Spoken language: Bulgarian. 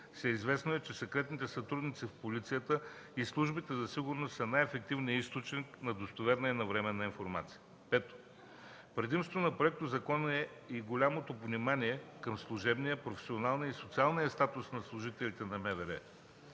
Всеизвестно е, че секретните сътрудници в полицията и службите за сигурност са най-ефективният източник на достоверна и навременна информация. Пето, предимство на законопроекта е и голямото внимание към служебния, професионалния и социалния статус на служителите на МВР.